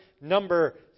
number